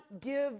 give